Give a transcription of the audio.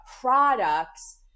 products